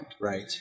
Right